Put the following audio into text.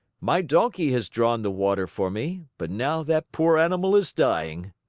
my donkey has drawn the water for me, but now that poor animal is dying.